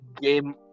game